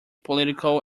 political